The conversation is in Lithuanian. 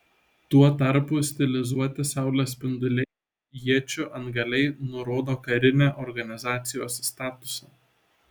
tuo tarpu stilizuoti saulės spinduliai iečių antgaliai nurodo karinį organizacijos statusą